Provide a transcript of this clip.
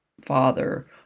father